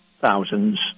thousands